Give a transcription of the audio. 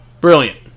Brilliant